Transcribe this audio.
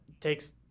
takes